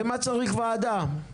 למה צריך ועדה?